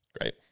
Great